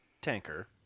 tanker